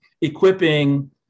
equipping